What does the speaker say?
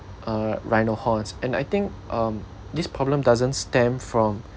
uh rhino horns and I think um this problem doesn't stem from